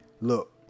look